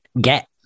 get